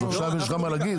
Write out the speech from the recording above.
אז עכשיו יש לך מה להגיד?